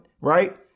Right